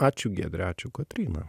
ačiū ačiū giedre ačiū kotryna